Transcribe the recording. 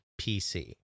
PC